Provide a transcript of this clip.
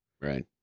Right